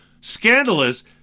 Scandalous